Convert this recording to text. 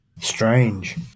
Strange